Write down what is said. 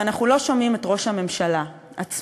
אבל אנחנו לא שומעים את ראש הממשלה עצמו,